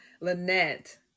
lynette